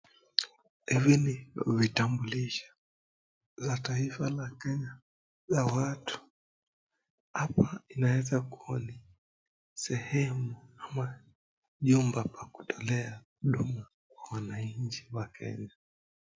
Hivi ni vitambulisho za taifa la Kenya, za watu. Hapa ninaweza kuona sehemu ama nyumba pa kutolea huduma kwa wananchi wa Kenya.